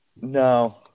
No